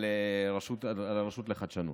לרשות לחדשנות.